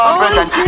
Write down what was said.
present